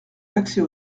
l’accès